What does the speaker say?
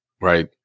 right